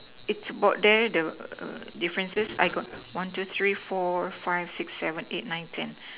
it's about there the err differences got one two three four five six seven eight nine ten